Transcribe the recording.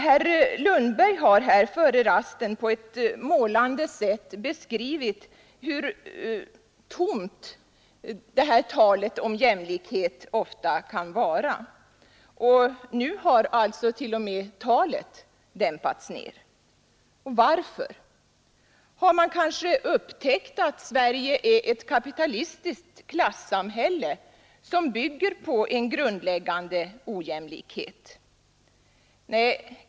Herr Lundberg har här före rasten på ett målande sätt beskrivit hur tomt talet om jämlikhet ofta kan vara. Nu har alltså t.o.m. talet dämpats ned. Varför? Har man kanske upptäckt att Sverige är ett kapitalistiskt klassamhälle, som bygger på en grundläggande ojämlikhet?